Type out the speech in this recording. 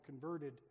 converted